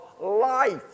life